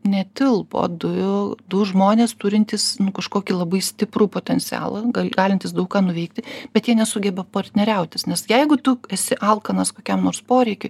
netilpo du du žmonės turintys kažkokį labai stiprų potencialą galintys daug ką nuveikti bet jie nesugeba partneriautis nes jeigu tu esi alkanas kokiam nors poreikiui